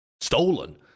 stolen